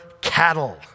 cattle